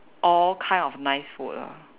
all kind of nice food lah